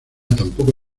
tampoco